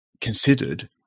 considered